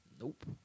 nope